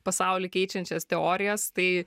pasaulį keičiančias teorijas tai